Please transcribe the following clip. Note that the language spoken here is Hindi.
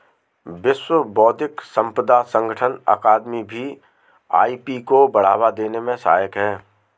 विश्व बौद्धिक संपदा संगठन अकादमी भी आई.पी को बढ़ावा देने में सहायक है